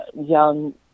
Young